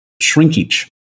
shrinkage